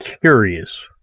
curious